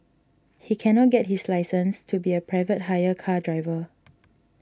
he can not get his license to be a private hire car driver